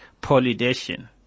pollination